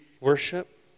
worship